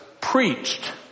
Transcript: preached